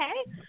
okay